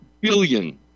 billion